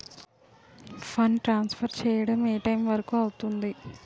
Fund transfer చేయడం ఏ time వరుకు అవుతుంది?